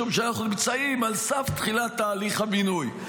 משום שאנחנו נמצאים על סף תחילת תהליך המינוי.